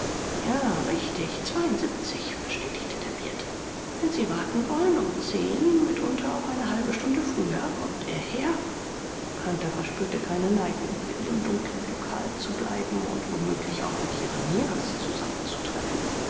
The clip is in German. ja richtig zweiundsiebzig bestätigte der wirt wenn sie warten wollen um zehn mitunter auch eine halbe stunde früher kommt er her hunter verspürte keine neigung in dem dumpfen lokal zu bleiben und womöglich auch mit